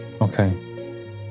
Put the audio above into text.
Okay